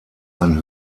ein